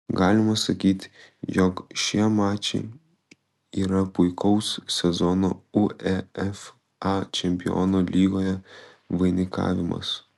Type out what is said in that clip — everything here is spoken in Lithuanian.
galima sakyti jog šie mačai yra puikaus sezono uefa čempionų lygoje vainikavimas